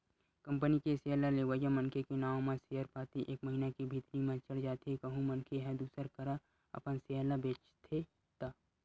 company के share ल लेवइया मनखे के नांव म सेयर पाती एक महिना के भीतरी म चढ़ जाथे कहूं मनखे ह दूसर करा अपन सेयर ल बेंचथे त